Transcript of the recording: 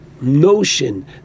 notion